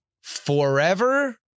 forever